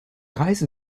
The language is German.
reise